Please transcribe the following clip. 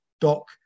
Doc